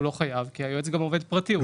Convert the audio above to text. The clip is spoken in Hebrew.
כי היועץ גם עובד פרטי.